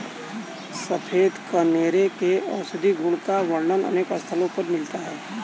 सफेद कनेर के औषधीय गुण का वर्णन अनेक स्थलों पर मिलता है